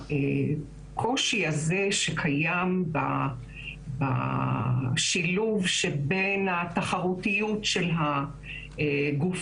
הקושי הזה שקיים בשילוב שבין התחרותיות של הגוף